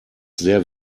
sehr